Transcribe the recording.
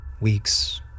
weeks